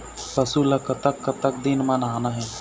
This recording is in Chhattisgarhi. पशु ला कतक कतक दिन म नहाना हे?